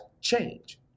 change